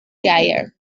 geier